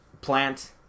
plant